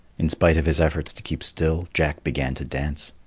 in spite of his efforts to keep still, jack began to dance.